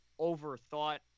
overthought